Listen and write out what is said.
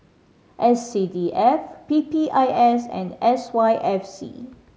S C D F P P I S and S Y F C